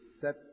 set